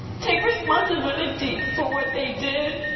take responsibility for what they did.